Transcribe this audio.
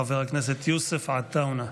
חבר הכנסת יוסף עטאונה.